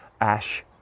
Ash